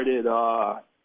started